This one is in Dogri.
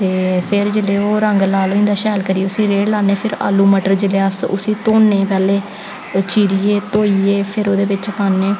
ते फिर जेल्लै ओह् रंग लाल होई जंदा शैल करी उसी रेड़ लान्ने फिर आलू मटर जेह्ड़े अस उसी धोनें पैह्लें चीरियै ते धोइयै फिर ओह्दे बिच पान्नें